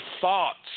thoughts